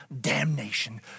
damnation